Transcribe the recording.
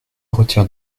retire